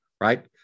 Right